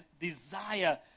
desire